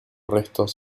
restos